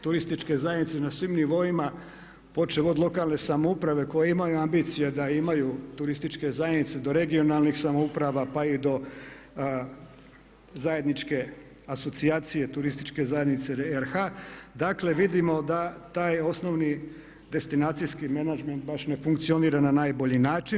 Turističke zajednice na svim nivoima, počev od lokalne samouprave koje imaju ambicije da imaju turističke zajednice do regionalnih samouprava pa i do zajedničke asocijacije turističke zajednice RH dakle vidimo da taj osnovni destinacijski menadžment baš ne funkcionira na najbolji način.